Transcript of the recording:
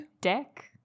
deck